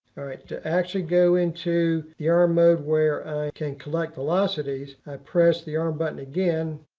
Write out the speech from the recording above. to actually go into the arm mode where i can collect velocities, i press the arm button again.